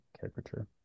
caricature